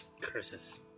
Curses